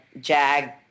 jag